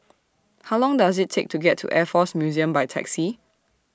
How Long Does IT Take to get to Air Force Museum By Taxi